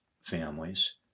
families